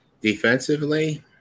Defensively